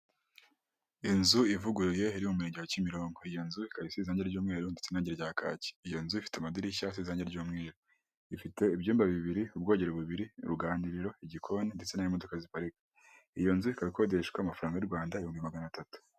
Inzu ivuguruye iri mu Murenge wa Kimironko iyo nzu ikaba isize irange ry'umweru ndetse n'irange rya kaki, iyo nzu ifite amadirishya asize iranye ry'umweru, ifite ibyumba bibiri, ubwogero bubiri, uruganiriro, igikoni ndetse n'aho imodoka ziparika. Iyo nzu ikaba ikodeshwa amafaranga y'u Rwanda ibihumbi magana atatu.